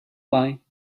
why